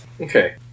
Okay